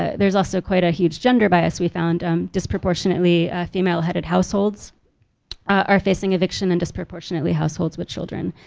there's also quite a huge gender bias we found disproportionately female-headed households are facing eviction and disproportionately households with children.